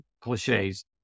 cliches